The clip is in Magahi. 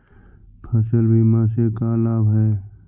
फसल बीमा से का लाभ है?